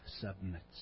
submits